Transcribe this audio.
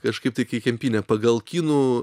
kažkaip tai kai kempinė pagal kinų